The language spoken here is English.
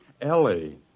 Ellie